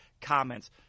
comments